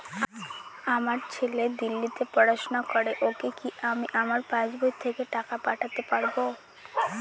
আমার ছেলে দিল্লীতে পড়াশোনা করে ওকে কি আমি আমার পাসবই থেকে টাকা পাঠাতে পারব?